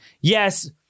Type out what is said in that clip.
Yes